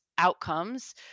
outcomes